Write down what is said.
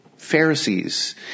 Pharisees